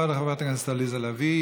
תודה רבה לחברת הכנסת עליזה לביא.